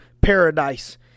paradise